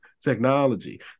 technology